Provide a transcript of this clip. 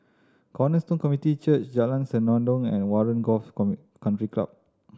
Cornerstone Community Church Jalan Senandong and Warren Golf Country Club